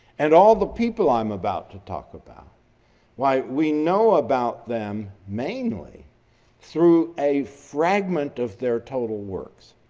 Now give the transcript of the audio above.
and all the people i'm about to talk about why we know about them mainly through a fragment of their total works,